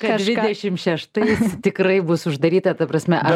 dvidešim šeštais tikrai bus uždaryta ta prasme aš